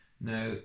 now